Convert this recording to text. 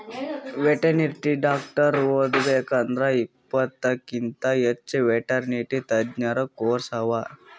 veterinary doctor ಓದಬೇಕ್ ಅಂದ್ರ ಇಪ್ಪತ್ತಕ್ಕಿಂತ್ ಹೆಚ್ಚ್ ವೆಟೆರ್ನಿಟಿ ತಜ್ಞ ಕೋರ್ಸ್ ಅವಾ